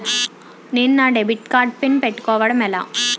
నేను నా debit card PIN పెట్టుకోవడం ఎలా?